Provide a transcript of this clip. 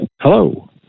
Hello